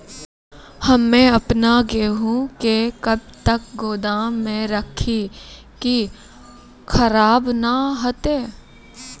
हम्मे आपन गेहूँ के कब तक गोदाम मे राखी कि खराब न हते?